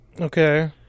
okay